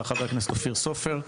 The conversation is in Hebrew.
חבר הכנסת אופיר סופר,